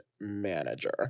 manager